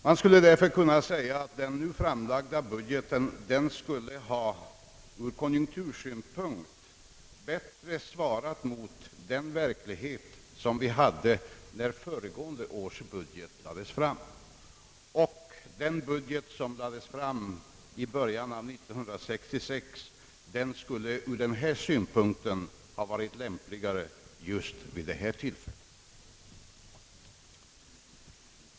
Vi skulle därför kunna säga att den framlagda budgeten skulle ur konjunktursynpunkt bättre ha svarat mot verkligheten när föregående års budget lades fram, och den budget som lades fram i början av år 1966 skulle ur denna synpunkt ha varit lämpligare vid detta tillfälle.